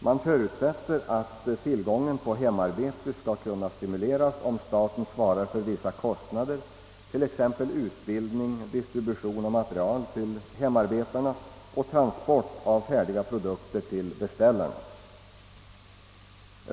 Man förutsätter att tillgången på hemarbete skall kunna stimuleras om staten svarar för vissa kostnader, t.ex. utbildning, distribution av material till hemarbetarna och transport av färdiga produkter till beställarna.